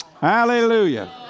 Hallelujah